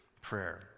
prayer